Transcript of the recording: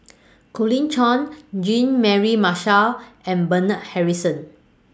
Colin Cheong Jean Mary Marshall and Bernard Harrison